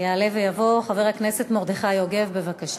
יעלה ויבוא חבר הכנסת מרדכי יוגב, בבקשה.